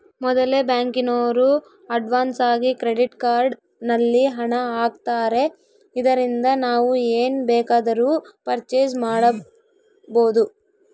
ಮೊದಲೆ ಬ್ಯಾಂಕಿನೋರು ಅಡ್ವಾನ್ಸಾಗಿ ಕ್ರೆಡಿಟ್ ಕಾರ್ಡ್ ನಲ್ಲಿ ಹಣ ಆಗ್ತಾರೆ ಇದರಿಂದ ನಾವು ಏನ್ ಬೇಕಾದರೂ ಪರ್ಚೇಸ್ ಮಾಡ್ಬಬೊದು